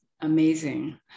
amazing